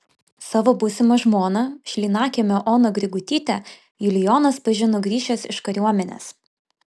savo būsimą žmoną šlynakiemio oną grigutytę julijonas pažino grįžęs iš kariuomenės